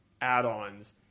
add-ons